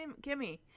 Kimmy